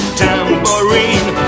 tambourine